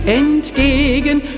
entgegen